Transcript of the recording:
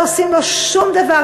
לא עושים לו שום דבר,